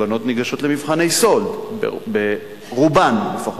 הבנות ניגשות למבחני סאלד, רובן לפחות.